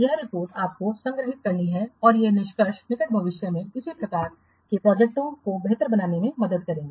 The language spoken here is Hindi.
यह रिपोर्ट आपको संग्रहित करती है और ये निष्कर्ष निकट भविष्य में इसी प्रकार की प्रोजेक्टओं को बेहतर बनाने में मदद करेंगे